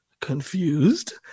confused